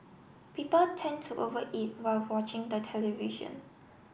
people tend to over eat while watching the television